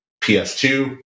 PS2